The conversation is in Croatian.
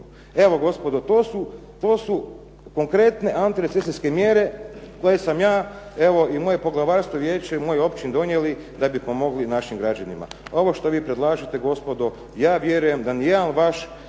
Evo gospodo, to su konkretne antirecesijske mjere koje sam ja i moje poglavarstvo, moje vijeće u mojoj općini donijeli da bi pomogli našim građanima. Ovo što vi predlažete gospodo, ja vjerujem da nijedan vaš